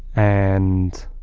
and.